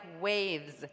waves